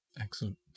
Excellent